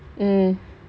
mm